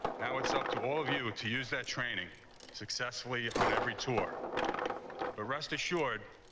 now it's up to all of you to use that training successfully on every tour but rest assured,